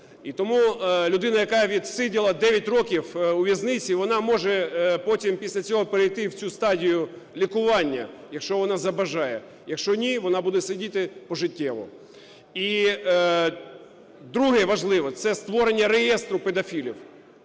І тому людина, яка відсиділа 9 років у в'язниці, вона може потім після цього перейти в цю стадію лікування, якщо вона забажає, якщо ні - вона буде сидіти пожиттєво. І друге, важливе, - це створення реєстру педофілів,